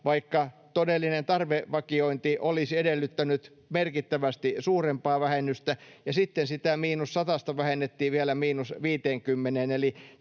vaikka todellinen tarvevakiointi olisi edellyttänyt merkittävästi suurempaa vähennystä, ja sitten sitä miinus satasta vähennettiin vielä miinus 50:een,